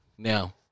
Now